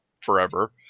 forever